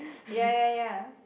ya ya ya